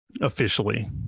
Officially